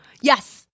Yes